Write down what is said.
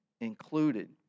included